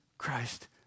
Christ